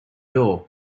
door